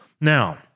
Now